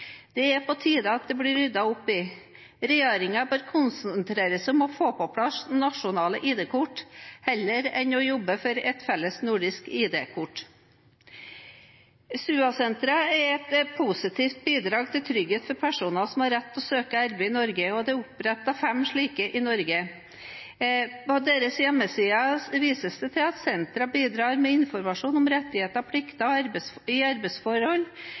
Det er på tide at det blir ryddet opp i dette. Regjeringen bør konsentrere seg om å få på plass nasjonale ID-kort heller enn å jobbe for et felles nordisk ID-kort. SUA-sentrene er et positivt bidrag til trygghet for personer som har rett til å søke arbeid i Norge. Det er opprettet fem slike i Norge. På deres hjemmeside vises det til at sentrene bidrar med informasjon om rettigheter og plikter i arbeidsforhold,